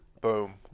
Boom